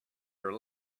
her